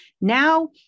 Now